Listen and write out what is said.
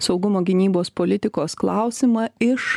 saugumo gynybos politikos klausimą iš